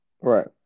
Right